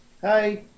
Hi